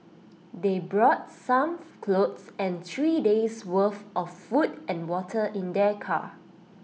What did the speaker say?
they brought some clothes and three days' worth of food and water in their car